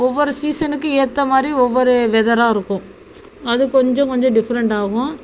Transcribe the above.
ஒவ்வொரு சீஸனுக்கும் ஏற்ற மாதிரி ஒவ்வொரு வெதராக இருக்கும் அது கொஞ்சம் கொஞ்சம் டிஃப்ரெண்ட் ஆகும்